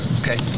okay